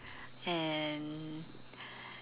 and